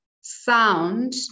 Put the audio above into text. sound